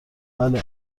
بله